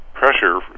pressure